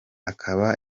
akaba